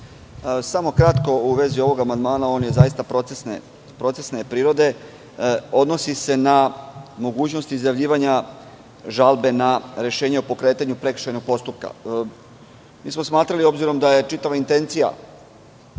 Samo kratko u vezi ovog amandmana. On je zaista procesne prirode. Odnosi se na mogućnost izjavljivanja žalbe na rešenje o pokretanju prekršajnog postupka. Mi smo smatrali, obzirom da je čitava intencija